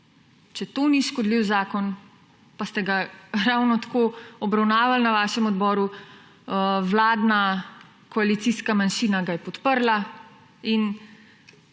Če to ni škodljiv zakon, pa ste ga ravno tako obravnavali na vašem odboru, vladna koalicijska manjšina ga je podprla in